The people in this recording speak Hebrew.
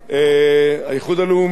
האיחוד הלאומי,